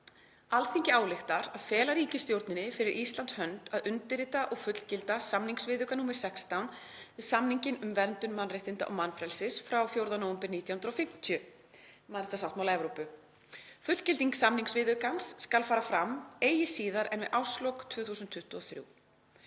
„Alþingi ályktar að fela ríkisstjórninni fyrir Íslands hönd að undirrita og fullgilda samningsviðauka nr. 16 við samninginn um verndun mannréttinda og mannfrelsis frá 4. nóvember 1950 (mannréttindasáttmála Evrópu). Fullgilding samningsviðaukans skal fara fram eigi síðar en við árslok 2023.